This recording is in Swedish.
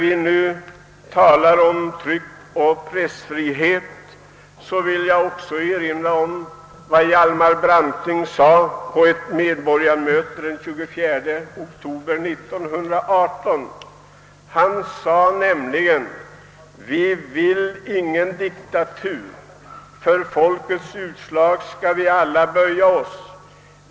I fråga om tryckoch pressfrihet vill jag erinra om vad Hjalmar Branting sade på ett medborgarmöte den 24 oktober 1918. Han yttrade att vi inte vill ha någon diktatur, ty för folkets utslag skall vi alla böja oss.